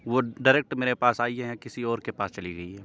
وہ ڈاریکٹ میرے پاس آئی ہے یا کسی اور کے پاس چلی گئی ہے